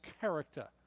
character